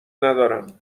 ندارم